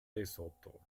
lesotho